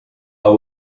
will